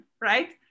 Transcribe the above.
right